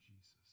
Jesus